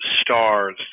stars